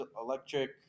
electric